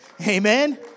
Amen